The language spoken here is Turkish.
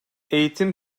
eğitim